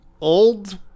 old